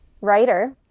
writer